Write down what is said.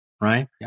right